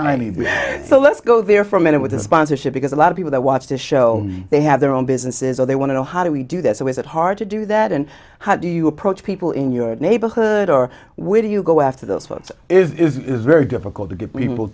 need so let's go there for a minute with his sponsorship because a lot of people that watch this show they have their own businesses so they want to know how do we do that so is it hard to do that and how do you approach people in your neighborhood or where do you go after those votes is very difficult to get people